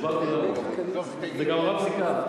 הסברתי למה, וגם מה בפסיקה.